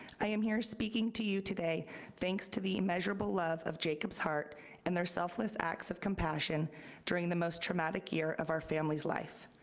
i am here speaking to you today thanks to the immeasurable love of jacob's heart and their selfless acts of compassion during the most traumatic year of our family's life.